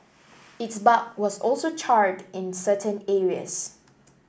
its bark was also charred in certain areas